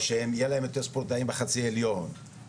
או שיהיו להם יותר ספורטאים בחצי העליון,